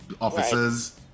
Officers